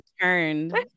turned